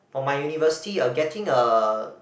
for my university uh getting a